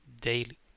daily